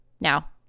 Now